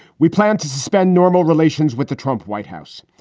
we plan to suspend normal relations with the trump white house.